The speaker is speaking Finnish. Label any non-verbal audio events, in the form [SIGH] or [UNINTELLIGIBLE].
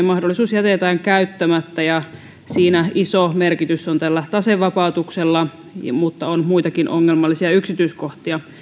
[UNINTELLIGIBLE] mahdollisuus jätetään käyttämättä ja siinä iso merkitys on tällä tasevapautuksella mutta on muitakin ongelmallisia yksityiskohtia